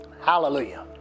Hallelujah